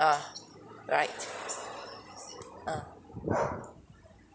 uh right uh